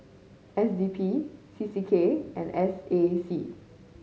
S D P C C K and S A C